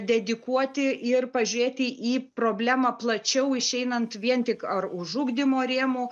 dedikuoti ir pažiūrėti į problemą plačiau išeinant vien tik ar už ugdymo rėmų